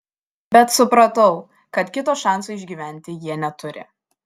bet supratau kad kito šanso išgyventi jie neturi